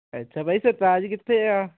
ਅੱਛਾ ਭਾਅ ਜੀ ਸਰਤਾਜ ਕਿੱਥੇ ਆ